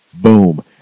Boom